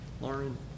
Lauren